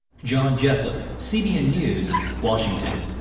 john jessup, cbn news, washington.